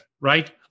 Right